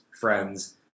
friends